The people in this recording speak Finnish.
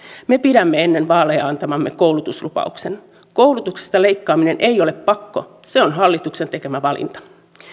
me pidämme ennen vaaleja antamamme koulutuslupauksen koulutuksesta leikkaaminen ei ole pakko se on hallituksen tekemä valinta